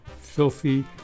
filthy